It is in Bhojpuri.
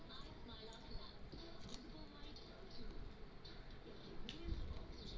बाजार भाव गिरले पर कंपनी डूबल त तोहार पइसवो डूब जाई